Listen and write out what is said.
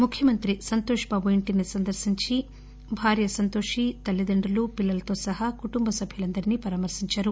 ముఖ్యమంత్రి సంతోష్ బాబు ఇంటిని సందర్పించి భార్య సంతోషి తల్లిదండ్రులు పిల్లలతో సహా కుటుంబ సభ్యులందరినీ పరామర్పించారు